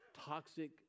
toxic